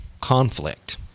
conflict